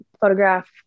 photograph